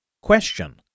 Question